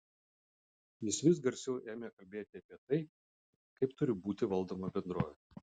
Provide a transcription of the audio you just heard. jis vis garsiau ėmė kalbėti apie tai kaip turi būti valdoma bendrovė